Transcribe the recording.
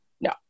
No